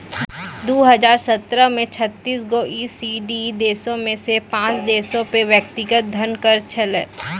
दु हजार सत्रह मे छत्तीस गो ई.सी.डी देशो मे से पांच देशो पे व्यक्तिगत धन कर छलै